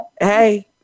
Hey